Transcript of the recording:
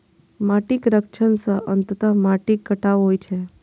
माटिक क्षरण सं अंततः माटिक कटाव होइ छै